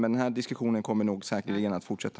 Men den här diskussionen kommer säkerligen att fortsätta.